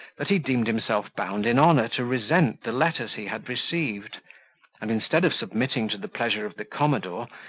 that he deemed himself bound in honour to resent the letters he had received and instead of submitting to the pleasure of the commodore,